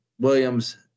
Williams